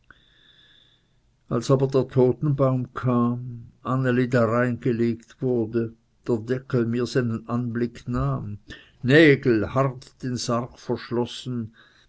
der totenbaum kam anneli darein gelegt wurde der deckel mir seinen anblick nahm nägel hart den sarg verschlossen